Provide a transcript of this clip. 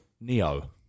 Neo